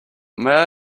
may